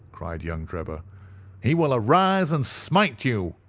cried young drebber he will arise and smite you!